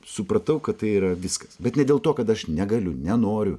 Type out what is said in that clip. supratau kad tai yra viskas bet ne dėl to kad aš negaliu nenoriu